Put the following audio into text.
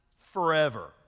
forever